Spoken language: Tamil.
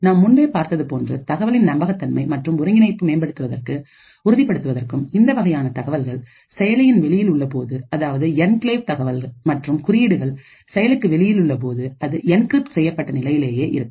நாம் முன்பே பார்த்தது போன்று தகவலின் நம்பகத்தன்மை மற்றும் ஒருங்கிணைப்பு மேம்படுத்துவதற்கும் உறுதிப்படுத்துவதற்கும் இந்த வகையான தகவல்கள்செயலியின் வெளியில் உள்ள போது அதாவது என்கிளேவ் தகவல் மற்றும் குறியீடுகள் செயலுக்கு வெளியிலுள்ள போது அது என்கிரிப்ட் செய்யப்பட்ட நிலையிலேயே இருக்கும்